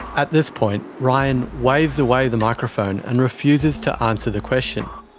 at this point ryan waves away the microphone and refuses to answer the question.